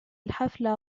الحفلة